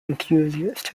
enthusiasts